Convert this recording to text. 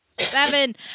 Seven